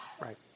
right